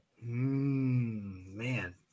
Man